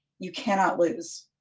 you cannot lose.